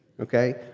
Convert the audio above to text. Okay